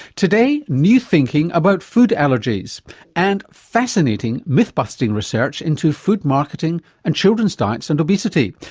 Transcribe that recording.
today new thinking about food allergies and fascinating myth busting research into food marketing and children's diets and obesity,